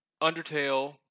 Undertale